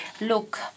Look